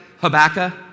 Habakkuk